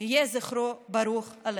ללכת".‬‬‬‬ יהי זכרו ברוך, אללה